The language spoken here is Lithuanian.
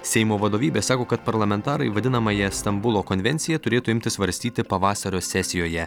seimo vadovybė sako kad parlamentarai vadinamąją stambulo konvenciją turėtų imti svarstyti pavasario sesijoje